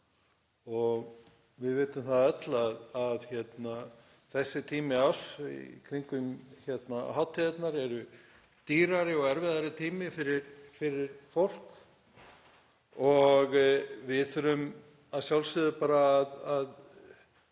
og við vitum það öll að þessi tími árs í kringum hátíðarnar er dýrari og erfiðari tími fyrir fólk og við þurfum að sjálfsögðu að